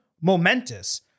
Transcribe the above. momentous